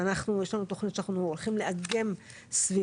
ואנחנו יש לנו תוכנית שאנחנו הולכים לעגן סביבה,